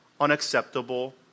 unacceptable